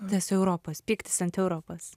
nes europos pyktis ant europos